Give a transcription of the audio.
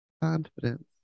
Confidence